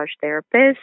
therapist